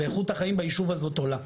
ואיכות החיים ביישוב הזה עולה.